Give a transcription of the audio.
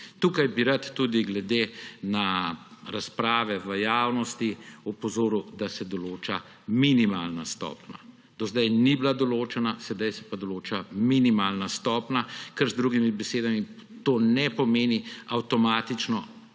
Tukaj bi rad tudi glede na razprave v javnosti opozoril, da se določa minimalna stopnja. Do zdaj ni bila določena, sedaj se pa določa minimalna stopnja, kar ne pomeni avtomatično